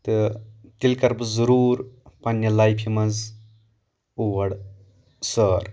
تہٕ تیٚلہِ کرٕ بہٕ صرُوٗر پَنٕنہِ لایفہِ منٛز اور سٲر